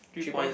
three points